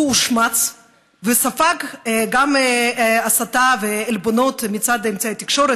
הושמץ וספג גם הסתה ועלבונות מצד אמצעי תקשורת,